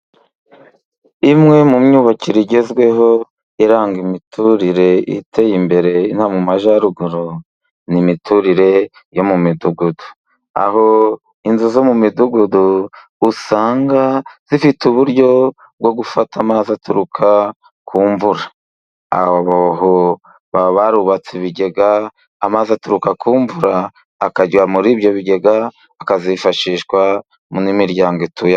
Imwe mu myubakire igezweho, iranga imiturire iteye imbere ino mu majyaruguru, n'imiturire yo mu midugudu aho inzu zo mu midugudu usanga zifite uburyo bwo gufata amazi aturuka ku mvura, aho baba barubatse ibigega amazi aturuka ku mvura akajya muri ibyo bigega, akazifashishwa n'imiryango ituyemo.